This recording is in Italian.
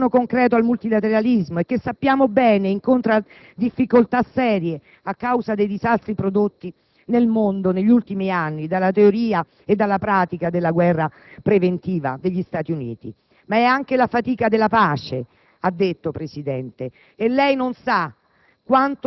nel ritorno concreto al multilateralismo e che sappiamo bene incontra difficoltà serie a causa dei disastri prodotti nel mondo, negli ultimi anni, dalla teoria e dalla pratica della guerra preventiva degli Stati Uniti. Maè anche la fatica della pace - lei ha detto, signor Presidente - e lei non sa